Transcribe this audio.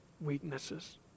weaknesses